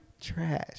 trash